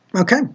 Okay